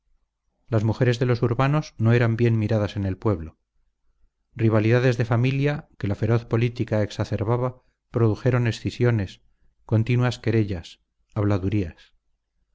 las mujeres de los urbanos no eran bien miradas en el pueblo rivalidades de familia que la feroz política exacerbaba produjeron escisiones continuas querellas habladurías